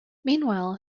meanwhile